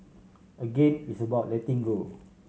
again it's about letting go